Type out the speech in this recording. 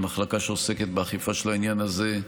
המחלקה שעוסקת באכיפה של העניין הזה,